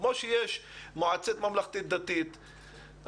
כמו שיש מועצה ממלכתית דתית,